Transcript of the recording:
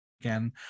again